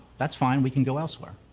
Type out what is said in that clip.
that's fine, we can go elsewhere.